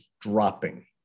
dropping